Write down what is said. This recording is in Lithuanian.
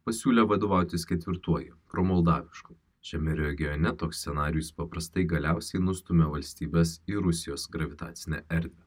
pasiūlė vadovautis ketvirtuoju romuldavišku šiame regione toks scenarijus paprastai galiausiai nustumia valstybes į rusijos gravitacinę erdvę